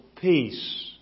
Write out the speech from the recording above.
peace